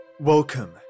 Welcome